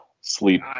sleep